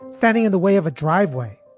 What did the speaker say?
standing in the way of a driveway.